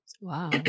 Wow